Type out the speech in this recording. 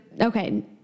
okay